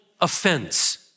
offense